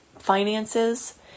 finances